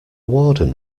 warden